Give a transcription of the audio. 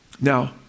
Now